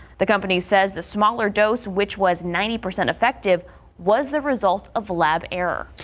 the company says the smaller dose which was ninety percent effective was the result of lab air.